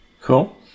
Cool